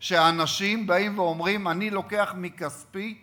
שאנשים באים ואומרים: אני לוקח מכספי.